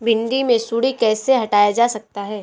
भिंडी से सुंडी कैसे हटाया जा सकता है?